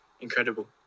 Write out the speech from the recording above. incredible